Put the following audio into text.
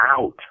out